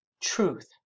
truth